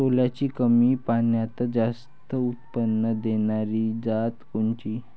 सोल्याची कमी पान्यात जास्त उत्पन्न देनारी जात कोनची?